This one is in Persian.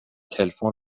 تلفن